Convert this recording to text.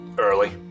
Early